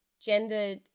gender